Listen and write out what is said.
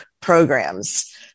programs